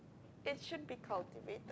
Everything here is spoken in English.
it should be cultivated